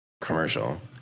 commercial